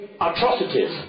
atrocities